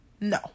No